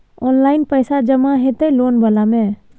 Online पैसा जमा हते लोन वाला में?